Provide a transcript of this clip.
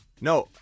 No